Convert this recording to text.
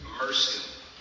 mercy